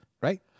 Right